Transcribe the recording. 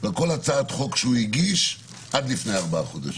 ועל כל הצעת חוק שהוא הגיש עד לפני ארבעה חודשים.